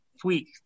tweak